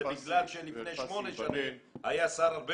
זה בגלל שלפני שמונה שנים היה שר הרבה